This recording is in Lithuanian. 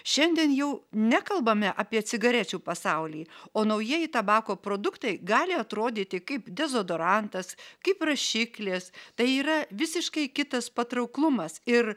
šiandien jau nekalbame apie cigarečių pasaulį o naujieji tabako produktai gali atrodyti kaip dezodorantas kaip rašiklis tai yra visiškai kitas patrauklumas ir